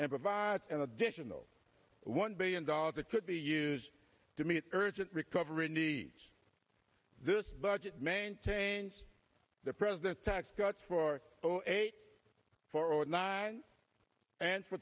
and provide an additional one billion dollars that could be used to meet urgent recovery needs this budget maintains the president's tax cuts for eight for organizing and for